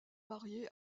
marié